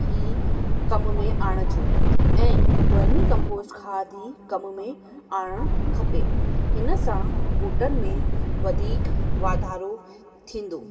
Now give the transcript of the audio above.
हीउ कम में आणिजो ऐं वञी कम्पोस्ड खाध ई कम में आणणु खपे हिन सां बूटनि में वधीकु वाधारो थींदो